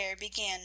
began